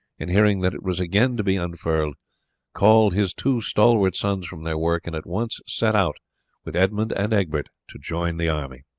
and hearing that it was again to be unfurled called his two stalwart sons from their work and at once set out with edmund and egbert to join the army.